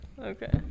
Okay